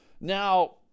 Now